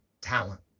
talent